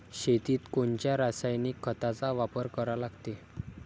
शेतीत कोनच्या रासायनिक खताचा वापर करा लागते?